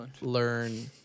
learn